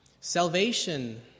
Salvation